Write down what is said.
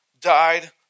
died